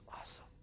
awesome